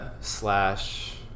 slash